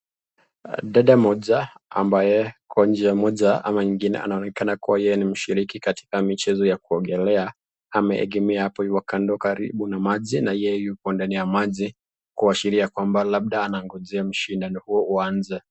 Dada mmoja ambaye kwa njia moja ama nyingine anaonekana kuwa yeye ni mshiriki katika michezo ya kuogelea ameegemea hapo kando karibu na maji na yeye yuko ndani ya maji kuashiria kwamba labda anangojea mshindano huo uanze.